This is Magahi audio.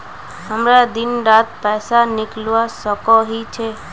हमरा दिन डात पैसा निकलवा सकोही छै?